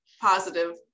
positive